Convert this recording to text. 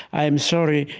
i am sorry.